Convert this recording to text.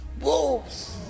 wolves